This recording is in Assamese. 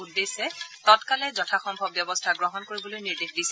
উদ্দেশ্যে তৎকালে যথাসম্ভৱ ব্যৱস্থা গ্ৰহণ কৰিবলৈ নিৰ্দেশ দিছে